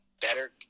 better